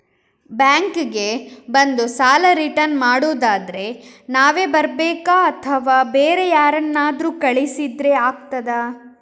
Bank ಗೆ ಬಂದು ಸಾಲ ರಿಟರ್ನ್ ಮಾಡುದಾದ್ರೆ ನಾವೇ ಬರ್ಬೇಕಾ ಅಥವಾ ಬೇರೆ ಯಾರನ್ನಾದ್ರೂ ಕಳಿಸಿದ್ರೆ ಆಗ್ತದಾ?